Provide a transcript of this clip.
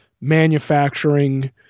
manufacturing